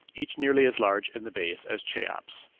each nearly as large in the base as cheops.